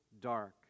dark